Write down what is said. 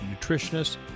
nutritionists